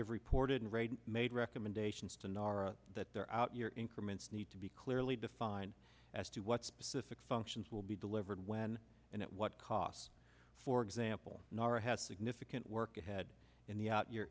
have reported and ready made recommendations to nara that there out your increment need to be clearly defined as to what specific functions will be delivered when and at what cost for example nara has significant work ahead in the at your